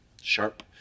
sharp